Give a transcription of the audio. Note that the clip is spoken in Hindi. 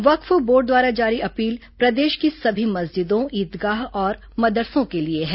वक्फ बोर्ड द्वारा जारी अपील प्रदेश की सभी मस्जिदों ईदगाह और मदरसों के लिए है